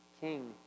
King